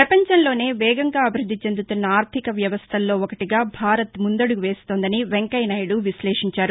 పపంచంలోనే వేగంగా అభివృద్ది చెందుతున్న ఆర్థిక వ్యవస్థలలో ఒకటిగా భారత్ ముందడుగు వేస్తోందని వెంకయ్యనాయుడు విశ్లేషించారు